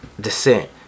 descent